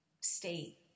state